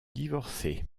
divorcer